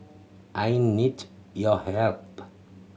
I need your help